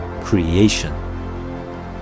Creation